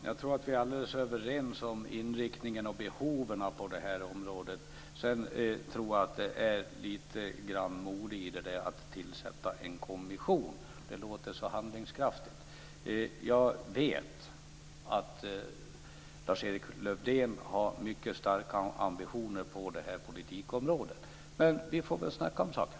Fru talman! Vi är överens om inriktningen och behoven på detta område. Det är lite mode i att tillsätta en kommission. Det låter så handlingskraftigt. Jag vet att Lars-Erik Lövdén har mycket starka ambitioner på detta politikområde. Vi får väl snacka om saken.